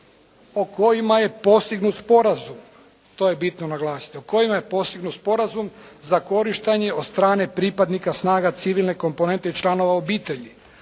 o kojima je postignut sporazum. To je bitno naglasiti, o kojima je postignut sporazum za korištenje od strane pripadnika snaga civilne komponente i članova obitelji.